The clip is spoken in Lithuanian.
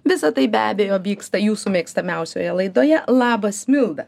visa tai be abejo vyksta jūsų mėgstamiausioje laidoje labas milda